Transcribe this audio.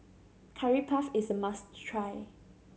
Curry Puff is a must try